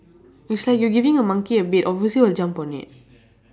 it's say you're giving a monkey a bed obviously will jump on it